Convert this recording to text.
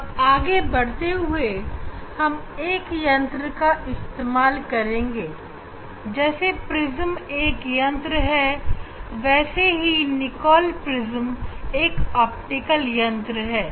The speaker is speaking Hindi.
अब आगे बढ़ते हुए हम एक यंत्र का इस्तेमाल करेंगे जैसे प्रिज्म एक यंत्र है वैसे ही निकोल प्रिज्म एक ऑप्टिकल यंत्र है